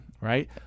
Right